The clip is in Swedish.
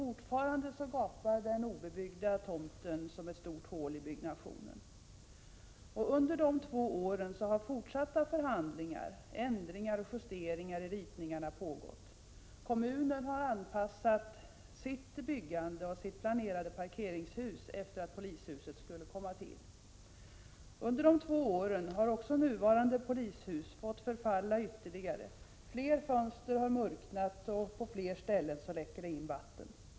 Fortfarande gapar den obebyggda tomten som ett stort hål. Under dessa två år har fortsatta förhandlingar pågått, och det har skett ändringar och justeringar i ritningarna. Kommunen har anpassat sitt byggande, bl.a. det parkeringshus man planerar, efter att ett polishus skulle komma till. Under de två år som gått har också nuvarande polishus fått förfalla ytterligare. Flera fönster har murknat, och det läcker in vatten på många ställen.